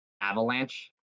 avalanche